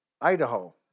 Idaho